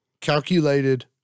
Calculated